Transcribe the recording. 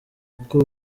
uko